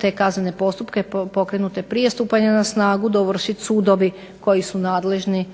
te kaznene pokrenute prije stupanja na snagu dovršiti sudovi koji su nadležni